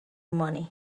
money